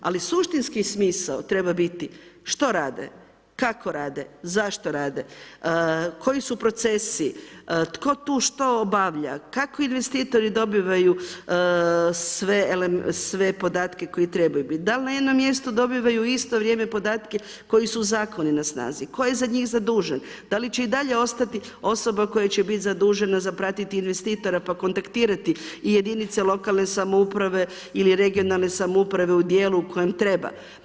Ali, suštinski smisao, treba biti što rade, kako rade, zašto rade, koji su procesi, tko tu što obavlja, kakvi investitori dobivaju sve podatke koje trebaju biti, dali na jednom mjestu dobivaju isto vrijeme podatke, koji su zakoni na snazi, tko je za njih zadužen, da li će i dalje ostati osoba koja će biti zadužena za praviti investitora, pa kontaktirati i jedinice lokalne samouprave ili regionalne samouprave u dijelom kojem treba.